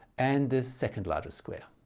and the second largest square